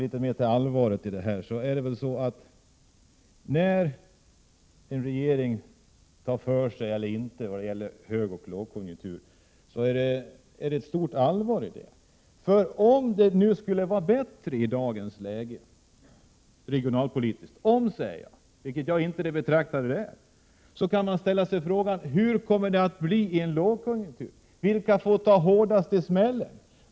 För att återgå till allvaret i det här vill jag säga att det är mycket allvarligt om en regering tar för sig eller inte i en högeller lågkonjunktur. Om det nu skulle vara bättre regionalpolitiskt sett i dagens läge — jag betonar att jag säger ”om”; jag anser inte att det är det — måste man fråga sig hur det kommer att bli i en lågkonjunktur. Vilka får då ta den hårdaste smällen?